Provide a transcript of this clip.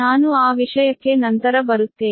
ನಾನು ಆ ವಿಷಯಕ್ಕೆ ನಂತರ ಬರುತ್ತೇನೆ